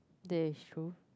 that is true